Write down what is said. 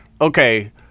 okay